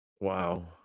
wow